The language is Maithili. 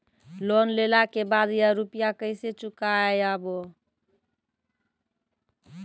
लोन लेला के बाद या रुपिया केसे चुकायाबो?